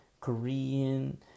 Korean